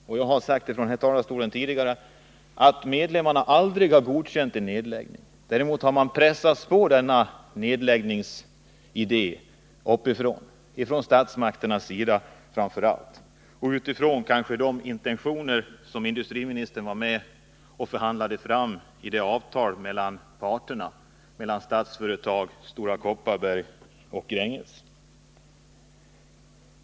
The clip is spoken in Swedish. Jag har tidigare sagt från den här talarstolen att medlemmarna aldrig har godkänt en nedläggning. Däremot har man påtvingats denna nedläggningsidé uppifrån, framför allt från statsmakternas sida, kanske utifrån de intentioner som industriministern var med och förhandlade fram i avtalet mellan parterna — mellan Statsföretag, Stora Kopparberg och Gränges.